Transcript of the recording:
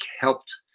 helped